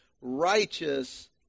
righteous